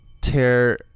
tear